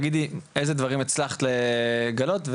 תגידי איזה דברים הצלחת לגלות,